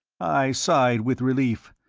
i sighed with relief,